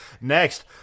Next